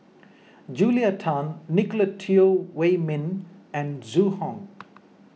Julia Tan Nicolette Teo Wei Min and Zhu Hong